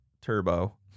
Turbo